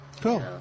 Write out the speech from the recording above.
Cool